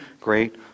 great